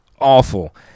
awful